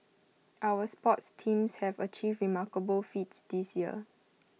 our sports teams have achieved remarkable feats this year